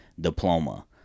Diploma